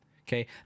okay